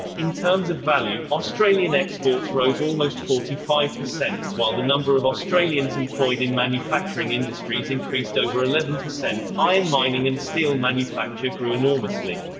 in terms of value, australian exports rose almost forty five per cent, while the number of australians employed in manufacturing industries increased over eleven per cent. iron mining and steel manufacture grew enormously.